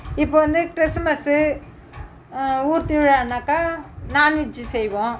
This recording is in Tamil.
இப்போ வந்து கிறிஸ்மஸ்ஸு ஊர் திருவிழானாக்கால் நான்வெஜ்ஜி செய்வோம்